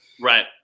Right